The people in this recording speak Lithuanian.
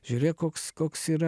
žiūrėk koks koks yra